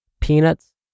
peanuts